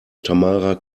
tamara